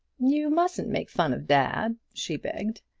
you mustn't make fun of dad, she begged.